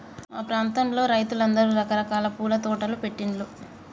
మా ప్రాంతంలో రైతులందరూ రకరకాల పూల తోటలు పెట్టిన్లు